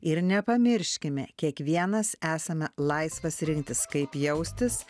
ir nepamirškime kiekvienas esame laisvas rinktis kaip jaustis